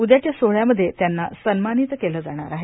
उद्याच्या सोहळ्यामध्ये त्यांना सन्मानित केले जाणार आहे